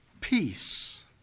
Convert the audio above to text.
peace